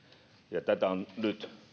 ja tätä on nyt